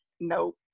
nope